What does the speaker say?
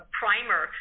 primer